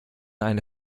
eine